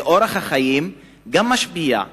ואורח החיים גם משפיע.